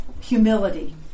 humility